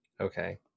okay